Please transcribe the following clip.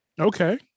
Okay